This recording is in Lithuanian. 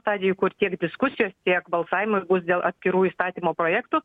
stadijoj kur tiek diskusijos tiek balsavimas bus dėl atskirų įstatymo projektų